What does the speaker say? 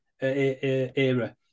era